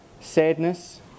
sadness